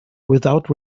without